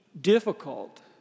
difficult